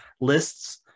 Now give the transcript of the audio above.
lists